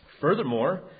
Furthermore